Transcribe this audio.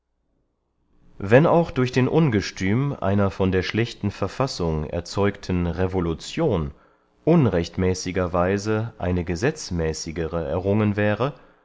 wenn auch durch den ungestüm einer von der schlechten verfassung erzeugten revolution unrechtmäßigerweise eine gesetzmäßigere errungen wäre